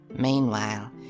Meanwhile